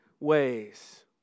ways